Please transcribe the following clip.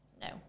No